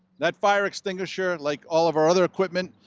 that fire extinguisher, like all of our other equipment,